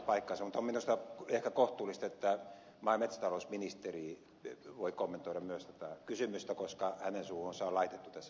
mutta on minusta ehkä kohtuullista että maa ja metsätalousministeri voi kommentoida myös tätä kysymystä koska hänen suuhunsa on laitettu tässä sanoja